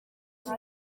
iki